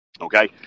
Okay